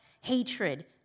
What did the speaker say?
hatred